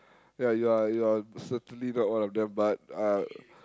ya you are you are certainly not one of them but uh